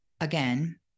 again